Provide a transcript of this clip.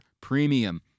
premium